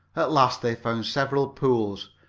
at last they found several pools,